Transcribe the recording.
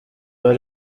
bari